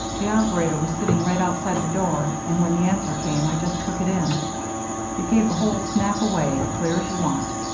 the operator was sitting right outside the door, and when the answer came i just took it in it gave the whole snap away, clear as you want.